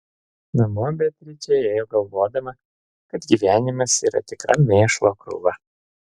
namo beatričė ėjo galvodama kad gyvenimas yra tikra mėšlo krūva